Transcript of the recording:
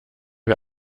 wir